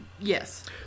Yes